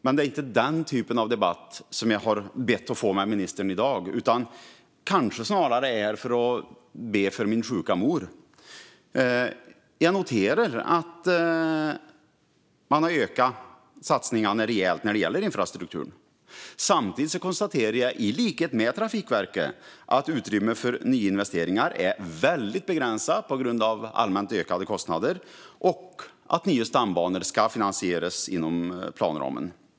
Men det är inte den typen av debatt som jag har bett att få ha med ministern i dag, utan snarare kanske det handlar om att be för min sjuka mor. Jag noterar att man har ökat satsningarna rejält när det gäller infrastruktur. Samtidigt konstaterar jag, i likhet med Trafikverket, att utrymmet för nya investeringar är väldigt begränsat på grund av allmänt ökade kostnader och att nya stambanor ska finansieras inom planramen.